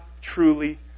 truly